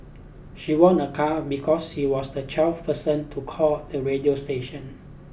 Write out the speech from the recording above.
she won a car because she was the twelfth person to call the radio station